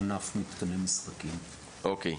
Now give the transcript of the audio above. אוקיי.